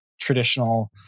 traditional